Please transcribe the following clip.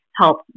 help